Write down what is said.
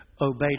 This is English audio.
obeyed